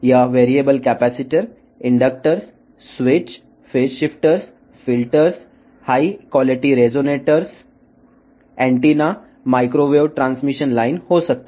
ఇవి వేరియబుల్ కెపాసిటర్లు ఇండక్టర్ స్విచ్లు ఫేస్ షిఫ్టర్లు ఫిల్టర్లు అధిక నాణ్యత గల రెసోనేటర్ యంత్రాలు యాంటెన్నాలు మైక్రోవేవ్ ట్రాన్స్మిషన్ లైన్లు కావచ్చు